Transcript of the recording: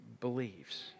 believes